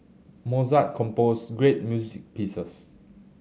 Mozart composed great music pieces